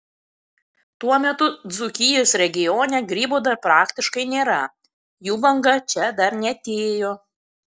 tuo metu dzūkijos regione grybų dar praktiškai nėra jų banga čia dar neatėjo